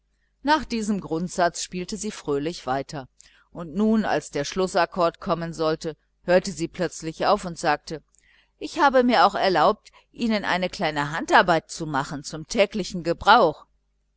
nach diesem grundsatz spielte sie fröhlich weiter und nun als der schlußakkord kommen sollte hörte sie plötzlich auf und sagte ich habe mir auch erlaubt ihnen eine kleine handarbeit zu machen zum täglichen gebrauch